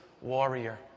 warrior